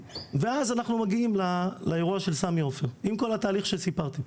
ואז אנחנו מגיעים לאירוע של סמי עופר עם כל התהליך שסיפרתי.